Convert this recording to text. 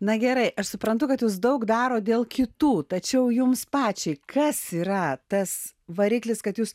na gerai aš suprantu kad jūs daug darot dėl kitų tačiau jums pačiai kas yra tas variklis kad jūs